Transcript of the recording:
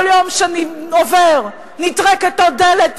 כל יום שעובר נטרקת עוד דלת,